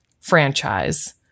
franchise